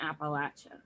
Appalachia